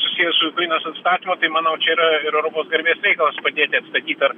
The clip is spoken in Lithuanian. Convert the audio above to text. susiję su ukrainos atstatymu manau čia yra ir europos garbės reikalas padėti atstatyt ar